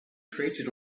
created